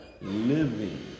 living